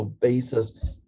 basis